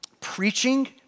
preaching